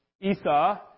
Esau